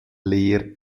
leer